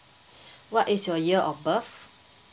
what is your year of birth